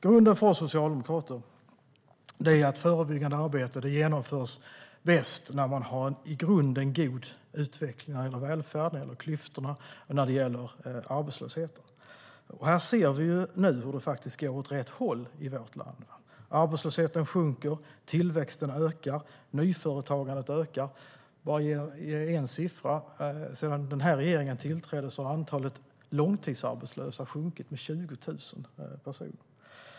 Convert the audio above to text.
Grunden för oss socialdemokrater är att det förebyggande arbetet genomförs bäst när det finns en i grunden god utveckling för välfärden, det vill säga att minska klyftorna och arbetslösheten. Vi ser nu att det faktiskt går åt rätt håll i vårt land. Arbetslösheten sjunker, tillväxten ökar, nyföretagandet ökar. Låt mig ge en siffra. Sedan den här regeringen tillträdde har antalet långtidsarbetslösa sjunkit med 20 000 personer.